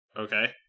Okay